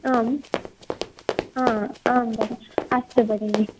आम् आं भगि अस्तु भगिनि